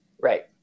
right